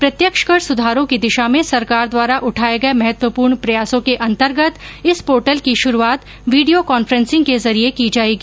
प्रत्यक्ष कर सुधारों की दिशा में सरकार द्वारा उठाए गए महत्वपूर्ण प्रयासों के अंतर्गत इस पोर्टेल की शुरूआत वीडियो कॉन्फ्रेन्सिंग के जरिए की जाएगी